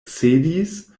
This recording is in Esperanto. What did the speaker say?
cedis